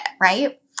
right